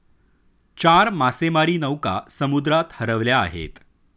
चार मासेमारी नौका समुद्रात हरवल्या आहेत